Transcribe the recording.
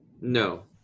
No